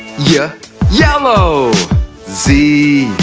yeah yellow z,